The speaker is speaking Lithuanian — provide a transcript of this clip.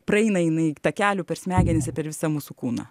praeina jinai takelių per smegenis i per visą mūsų kūną